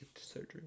surgery